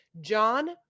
John